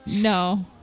No